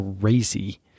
crazy